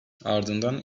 ardından